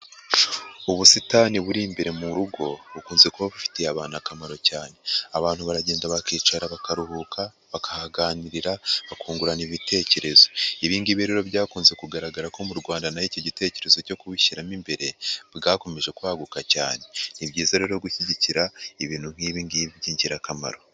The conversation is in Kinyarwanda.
Ubusitani buri imbere mu rugo bukunze kuba bufitiye abantu akamaro cyane; abantu baragenda bakicara bakaruhuka, bakahaganirira, bakungurana ibitekerezo. Ibi ngibi rero byakunze kugaragara ko mu Rwanda na ho iki gitekerezo cyo kubishyiramo imbere, bwakomeje kwaguka cyane. Ni byiza rero gushyigikira ibintu nk'ibi ngi by'ingirakamaro.